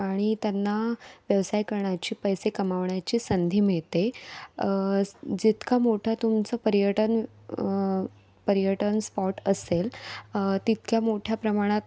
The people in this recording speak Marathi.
आणि त्यांना व्यवसाय करण्याची पैसे कमावण्याची संधी मिळते स् जितका मोठा तुमचं पर्यटन पर्यटन स्पॉट असेल तितक्या मोठ्या प्रमाणात